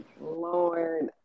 lord